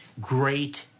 Great